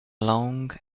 long